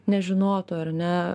nežinotų ar ne